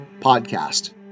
Podcast